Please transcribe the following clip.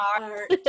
art